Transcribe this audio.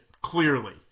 clearly